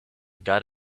got